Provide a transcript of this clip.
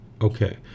Okay